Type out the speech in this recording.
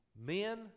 men